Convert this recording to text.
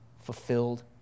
fulfilled